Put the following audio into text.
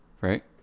right